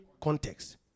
context